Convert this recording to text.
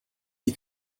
die